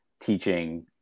teaching